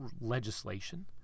legislation